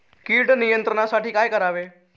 कीड नियंत्रणासाठी काय करावे?